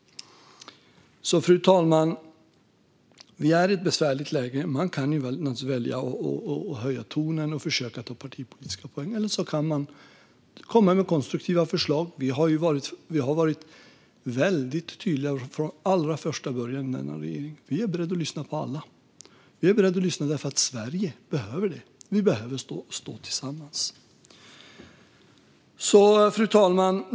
Fru talman! Vi är i ett besvärligt läge. Man kan naturligtvis välja att höja tonen och försöka plocka partipolitiska poänger, eller också kan man komma med konstruktiva förslag. Vi har varit väldigt tydliga från allra första början: Vi är beredda att lyssna på alla. Vi är beredda att lyssna därför att Sverige behöver det. Vi behöver stå tillsammans. Fru talman!